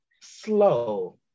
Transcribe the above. Slow